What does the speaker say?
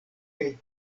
kaj